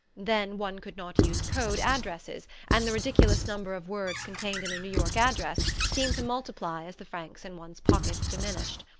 then one could not use code addresses, and the ridiculous number of words contained in a new york address seemed to multiply as the francs in one's pockets diminished.